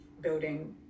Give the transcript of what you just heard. building